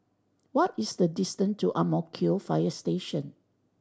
what is the distance to Ang Mo Kio Fire Station